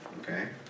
Okay